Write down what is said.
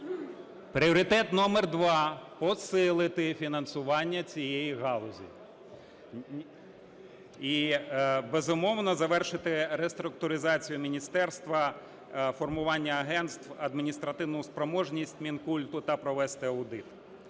Пріоритет номер два: посилити фінансування цієї галузі. І, безумовно, завершити реструктуризацію міністерства, формування агентств, адміністративну спроможність Мінкульту та провести аудит.